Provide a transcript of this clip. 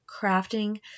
crafting